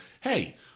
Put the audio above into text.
hey